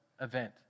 event